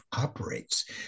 operates